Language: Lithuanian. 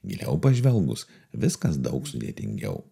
giliau pažvelgus viskas daug sudėtingiau